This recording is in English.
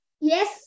Yes